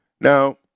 Now